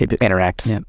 interact